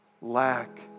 lack